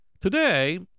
Today